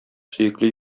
сөекле